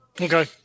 Okay